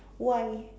why